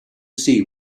see